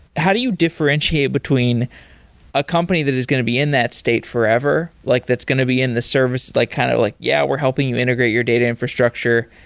how do you differentiate between a company that is going to be in that state forever, like that's going to be in the service like kind of like, yeah, we're helping you integrate your data infrastructure.